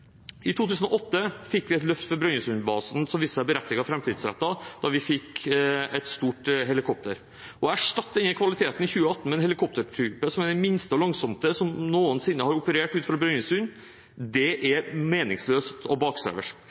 I 2008 fikk vi et løft for Brønnøysund-basen, som viste seg berettiget og framtidsrettet, da vi fikk et stort helikopter. Å erstatte denne kvaliteten i 2018 med en helikoptertype som er den minste og langsomste som noensinne har operert ut fra Brønnøysund, er meningsløst og